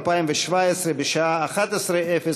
בעקבות דיון מהיר בהצעתם של חברי הכנסת אורלי לוי אבקסיס,